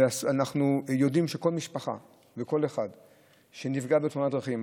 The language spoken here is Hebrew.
אנחנו יודעים שכל משפחה וכל אחד שנפגע בתאונות דרכים,